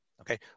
Okay